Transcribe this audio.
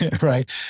right